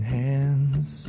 hands